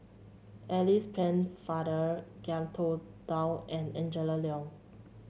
Alice Pennefather Ngiam Tong Dow and Angela Liong